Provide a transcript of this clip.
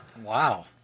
Wow